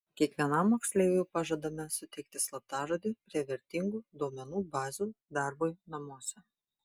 kiekvienam moksleiviui pažadame suteikti slaptažodį prie vertingų duomenų bazių darbui namuose